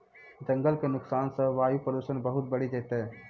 जंगल के नुकसान सॅ वायु प्रदूषण बहुत बढ़ी जैतै